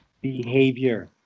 behavior